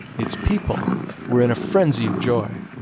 its people were in a frenzy of joy.